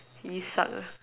Vesak ah